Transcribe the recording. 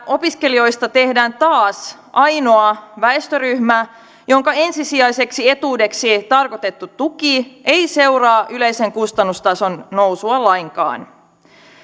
opiskelijoista tehdään taas ainoa väestöryhmä jonka ensisijaiseksi etuudeksi tarkoitettu tuki ei seuraa yleisen kustannustason nousua lainkaan